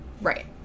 right